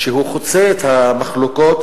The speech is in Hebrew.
שהוא חוצה את המחלוקות,